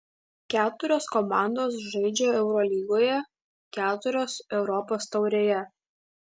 keturios komandos žaidžia eurolygoje keturios europos taurėje